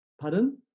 pardon